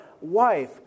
wife